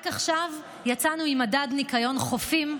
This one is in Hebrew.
רק עכשיו יצאנו עם מדד ניקיון חופים,